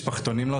משפחתונים לא,